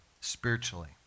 spiritually